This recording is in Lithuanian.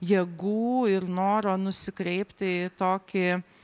jėgų ir noro nusikreipti į tokį